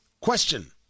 Question